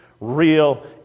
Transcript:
real